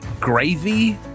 gravy